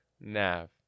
Nav